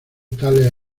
tales